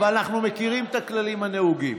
אבל אנחנו מכירים את הכללים הנהוגים.